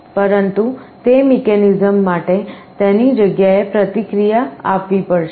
પરંતુ તે મિકેનિઝમ માટે તેની જગ્યાએ પ્રતિક્રિયા આપવી પડશે